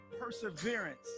perseverance